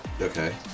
Okay